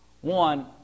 One